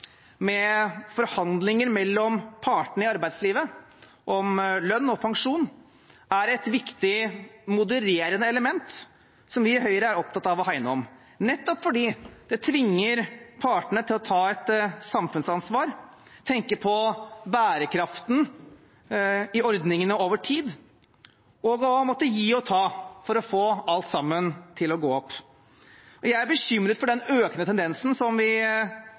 med forhandlinger mellom partene i arbeidslivet om lønn og pensjon, er et viktig modererende element som vi i Høyre er opptatt av å hegne om, nettopp fordi det tvinger partene til å ta et samfunnsansvar, tenke på bærekraften i ordningene over tid og å måtte gi og ta for å få alt sammen til å gå opp. Jeg er bekymret for den økende tendensen som vi